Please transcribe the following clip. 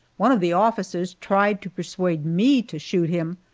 one of the officers tried to persuade me to shoot him,